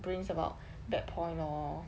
brings about that point lor